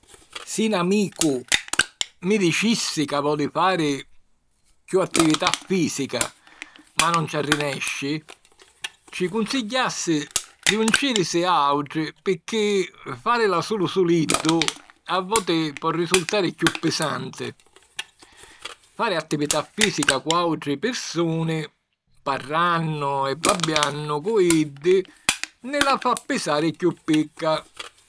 Si 'n amicu mi dicissi ca voli fari chiù attività fìsica ma non ci arrinesci, ci cunsigghiassi di juncìrisi a àutri picchì fàrila sulu suliddu a voti po risultari chiù pisanti. Fari attività fìsica cu àutri pirsuni, parrannu e babbiannu cu iddi, ni la fa pisari chiù picca.